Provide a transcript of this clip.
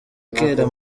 kera